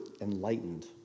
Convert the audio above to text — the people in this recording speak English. enlightened